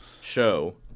show